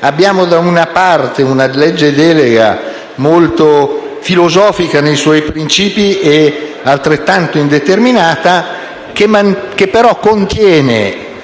abbiamo, da una parte, una legge delega molto filosofica nei suoi principi e, allo stesso tempo, indeterminata che, però, contiene